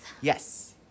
Yes